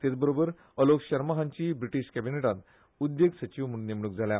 तेच बरोबर अलोक शर्मा हांची ब्रिटीश कॅबिनेटांत उद्देग सचीव म्हण नेमणूक जाल्या